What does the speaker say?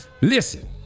Listen